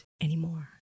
anymore